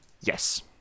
yes